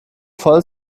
voll